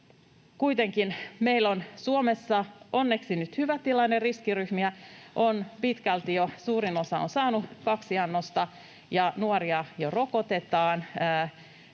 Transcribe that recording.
Kuitenkin meillä on Suomessa onneksi nyt hyvä tilanne. Riskiryhmistä on pitkälti jo suurin osa saanut kaksi annosta, ja nuoria jo rokotetaan.